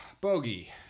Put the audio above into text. Bogey